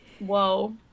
Whoa